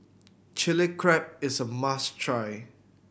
Chilli Crab is a must try